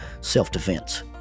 self-defense